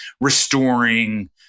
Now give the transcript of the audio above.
restoring